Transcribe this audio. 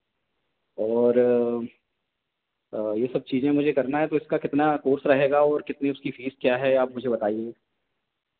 और और यह सब चीज़ें में मुझे करना है तो इसका कितना कोर्स रहेगा और कितनी उसकी फीस क्या है आप मुझे बताईए